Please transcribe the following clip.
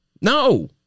No